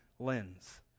lens